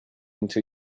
into